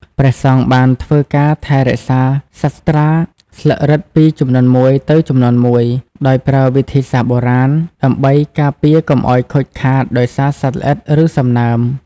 ព្រះសង្ឃបានធ្វើការថែរក្សាសាត្រាស្លឹករឹតពីជំនាន់មួយទៅជំនាន់មួយ ដោយប្រើវិធីសាស្ត្របុរាណ ដើម្បីការពារកុំឱ្យខូចខាតដោយសារសត្វល្អិត ឬសំណើម។